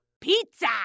pizza